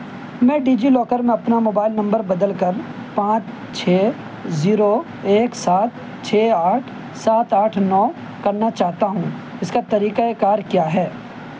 میں DigiLocker میں اپنا موبائل نمبر بدل کر پانچ چھ زیرو ایک سات چھ آٹھ سات آٹھ نو کرنا چاہتا ہوں اس کا طریقۂ کار کیا ہے